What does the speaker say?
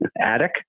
attic